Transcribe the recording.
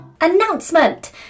announcement